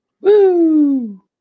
Woo